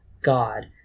god